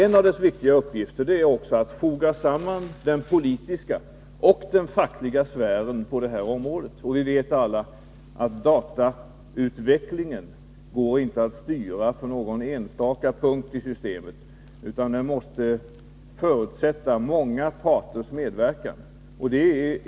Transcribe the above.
En av delegationens viktiga uppgifter är att foga samman den politiska och den fackliga sfären på det här området. Vi vet alla att datautvecklingen inte går att styra från någon enstaka punkt i systemet utan att en styrning förutsätter många parters medverkan.